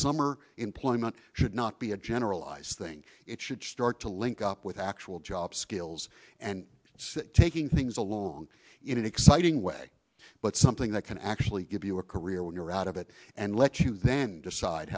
summer employment should not be a generalized think it should start to link up with actual job skills and just taking things along in an exciting way but something that can actually give you a career when you're out of it and let you then decide